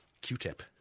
Q-Tip